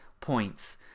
points